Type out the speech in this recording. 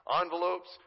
Envelopes